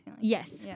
Yes